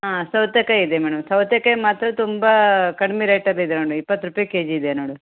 ಹಾಂ ಸೌತೇಕಾಯಿ ಇದೆ ಮೇಡಮ್ ಸೌತೇಕಾಯಿ ಮಾತ್ರ ತುಂಬ ಕಡ್ಮೆ ರೇಟಲ್ಲಿ ಇದೆ ಮೇಡಮ್ ಇಪ್ಪತ್ತು ರೂಪಾಯಿ ಕೆಜಿ ಇದೆ ನೋಡಿ